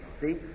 See